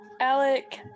Alec